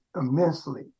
immensely